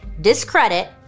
discredit